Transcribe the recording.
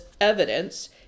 evidence